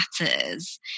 matters